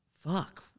fuck